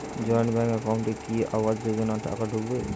Joint bank একাউন্টে কি আবাস যোজনা টাকা ঢুকবে?